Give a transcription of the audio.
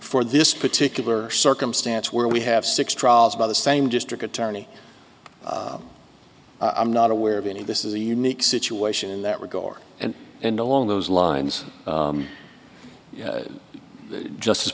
for this particular circumstance where we have six trials by the same district attorney i'm not aware of any this is a unique situation in that regard and and along those lines justice